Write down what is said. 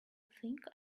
think